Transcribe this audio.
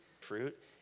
fruit